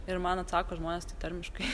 ir man atsako žmonėa tai tarmiškai